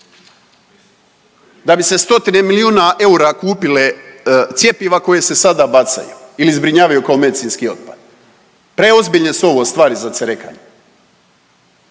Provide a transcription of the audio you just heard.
da bi se stotine milijuna eura kupile cjepiva koje se sada bacaju ili zbrinjavaju kao medicinski otpad. Preozbiljne su ovo stvari za cerekanje.